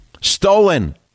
Stolen